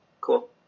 cool